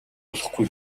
болохгүй